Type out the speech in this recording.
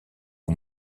aux